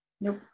Nope